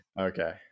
Okay